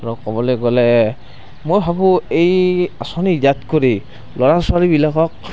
ক'বলৈ গ'লে মই ভাবোঁ এই আঁচনি দিয়াতকৈ ল'ৰা ছোৱালীবিলাকক